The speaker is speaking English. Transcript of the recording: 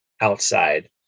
outside